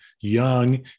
young